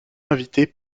invitée